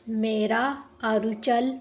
ਮੇਰਾ ਆਰੁਚਲ